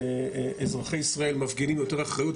אזרחי ישראל מפגינים יותר אחריות,